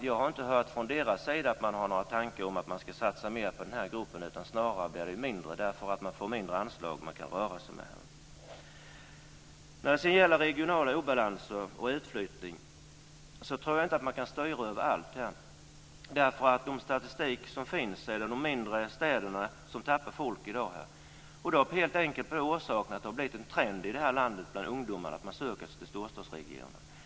Jag har inte hört från deras sida att man har någon tanke på att satsa mer på den gruppen utan det blir snarare mindre därför att man får ett mindre anslag att röra sig med. När det sedan gäller regionala obalanser och utflyttning tror jag inte att man kan styra över allt. Enligt den statistik som finns är det de mindre städerna som i dag tappar människor. Orsaken är helt enkelt att det har blivit en trend i landet bland ungdomarna att de söker sig till storstadsregionerna.